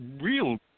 real